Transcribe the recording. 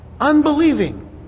unbelieving